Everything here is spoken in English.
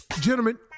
gentlemen